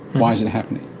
why is it happening?